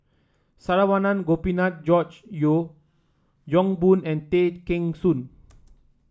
Saravanan Gopinathan George Yeo Yong Boon and Tay Kheng Soon